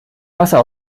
wasser